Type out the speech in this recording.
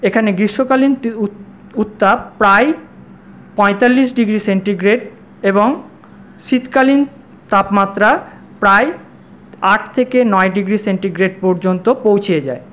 এখানে গ্রীষ্মকালীন উত্তাপ প্রায় পঁয়তাল্লিশ ডিগ্রি সেন্টিগ্রেড এবং শীতকালীন তাপমাত্রা প্রায় আট থেকে নয় ডিগ্রি সেন্টিগ্রেড পর্যন্ত পৌঁছে যায়